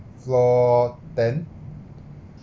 floor ten